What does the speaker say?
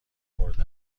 مورد